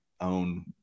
own